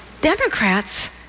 Democrats